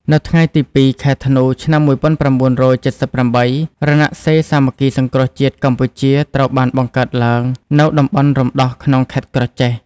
នៅថ្ងៃទី ២ ខែធ្នូ ឆ្នាំ ១៩៧៨ រណសិរ្សសាមគ្គីសង្គ្រោះជាតិកម្ពុជាត្រូវបានបង្កើតឡើងនៅតំបន់រំដោះក្នុងខេត្តក្រចេះ។